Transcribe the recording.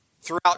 Throughout